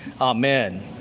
Amen